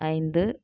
ஐந்து